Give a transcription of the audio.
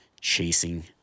chasing